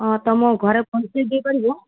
ହଁ ତୁମେ ଘରେ ପହଞ୍ଚେଇ ଦେଇ ପାରିବ